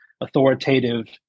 Authoritative